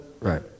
Right